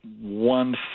one